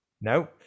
No